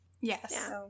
Yes